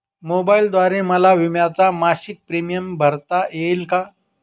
मोबाईलद्वारे मला विम्याचा मासिक प्रीमियम भरता येईल का?